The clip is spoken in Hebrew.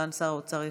סגן שר האוצר ישיב.